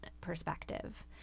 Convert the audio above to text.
perspective